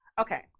okay